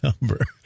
number